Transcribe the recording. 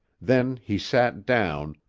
then he sat down,